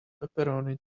pepperoni